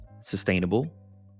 sustainable